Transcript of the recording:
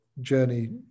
journey